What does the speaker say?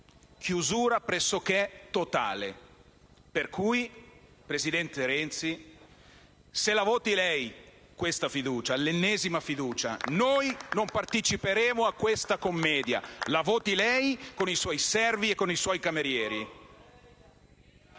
Chiusura pressoché totale. Per cui, presidente Renzi, se la voti lei questa fiducia, l'ennesima fiducia. Noi non parteciperemo a questa commedia; la voti lei, con i suoi servi e con i suoi camerieri!